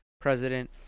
president